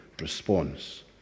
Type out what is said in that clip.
response